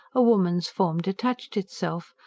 a woman's form detached itself,